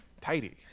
tidy